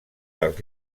dels